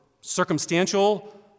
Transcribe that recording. circumstantial